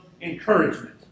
encouragement